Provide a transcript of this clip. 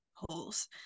holes